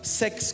sex